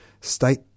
state